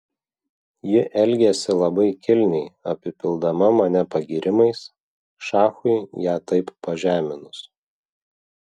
ji elgėsi labai kilniai apipildama mane pagyrimais šachui ją taip pažeminus